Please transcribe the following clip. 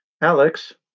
Alex